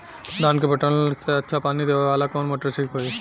धान के पटवन ला अच्छा पानी देवे वाला कवन मोटर ठीक होई?